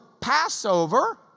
Passover